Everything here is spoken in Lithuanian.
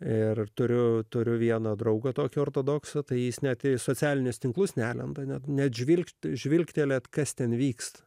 ir turiu turiu vieną draugą tokio ortodokso tai jis neateis socialinius tinklus nelenda net nežvilgčioti žvilgtelėti kas ten vyksta